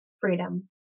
freedom